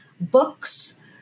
books